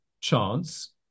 chance